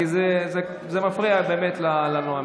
זה מפריע לנואמים.